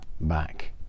back